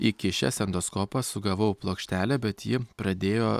įkišęs endoskopą sugavau plokštelę bet ji pradėjo